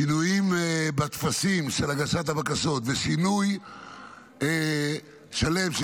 שינויים בטפסים של הגשת הבקשות ושינוי שלם של